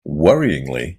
worryingly